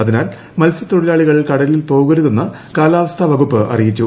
അതിനൂർ ്മത്സ്യത്തൊഴിലാളികൾ കടലിൽ പോകരുതെന്ന് കാലാവസ്ഥി പ്രകുപ്പ് അറിയിച്ചു